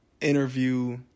interview